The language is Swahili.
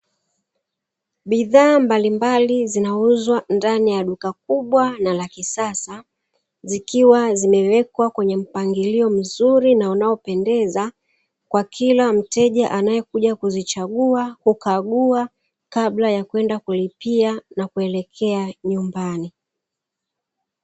Bidhaa mbalimbali zinauzwa ndani ya duka kubwa na la kisasa zikiwa zimewekwa kwenye mpangilio mzuri na unaopendeza kwa kila mteja anayekuja kuzichagua, kukagua kabla ya kwenda kulipia na kuelekea nyumbani.